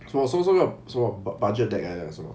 so so so your 什么 budget that kind ah